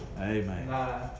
Amen